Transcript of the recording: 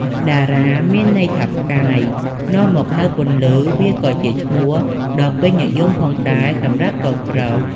តារា មានន័យថាផ្កាយ នាំមកនូវពន្លឺ វាក៏ជាឈ្មោះដ៏ពេញនិយមផងដែរសម្រាប់កូនប្រុស។